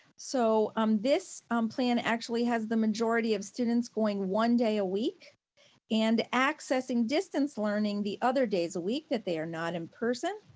so um this um plan actually has the majority of students going one day a week and accessing distance learning the other days a week that they are not in-person.